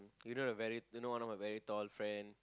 you know the very you know one tall friend